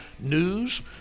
news